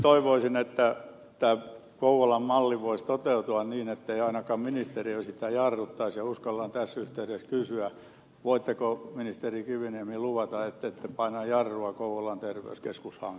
toivoisin nyt että tämä kouvolan malli voisi toteutua niin ettei ainakaan ministeriö sitä jarruttaisi ja uskallan tässä yhteydessä kysyä voitteko ministeri kiviniemi luvata ettette paina jarrua kouvolan terveyskeskushankkeelle